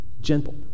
gentle